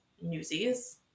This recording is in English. Newsies